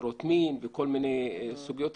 עבירות מין וכל מיני סוגיות,